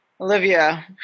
Olivia